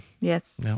Yes